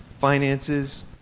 finances